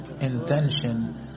intention